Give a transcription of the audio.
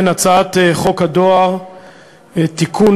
הצעת חוק הדואר (תיקון,